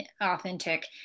authentic